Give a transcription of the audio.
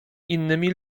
innymi